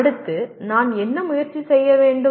அடுத்து நான் என்ன முயற்சி செய்ய வேண்டும்